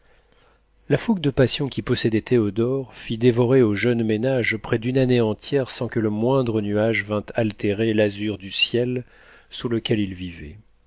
la fougue de passion qui possédait théodore fit dévorer au jeune ménage près d'une année entière sans que le moindre nuage vînt altérer l'azur du ciel sous lequel ils vivaient